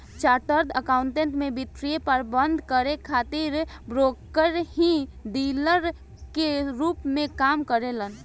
chartered accountant में वित्तीय प्रबंधन करे खातिर ब्रोकर ही डीलर के रूप में काम करेलन